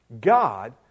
God